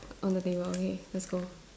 on the table okay let's go